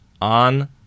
on